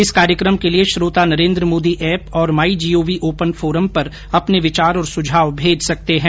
इस कार्यक्रम के लिए श्रोता नरेन्द्र मोदी एप और my G O V open forum पर अपने विचार और सुझाव भेज सकते हैं